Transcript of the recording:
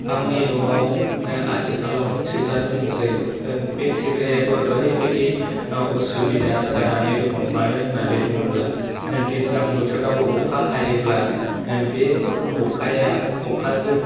आंनि न'आव आथिखालाव खिग्रा दंसै बे खिग्रायाबो ओरैबायदि उसुबिदा जानानै दं मानो होन्नानै बुङाेब्ला दैज्लां बोथोराव अखा हायाेब्ला बे अखाया अखाजों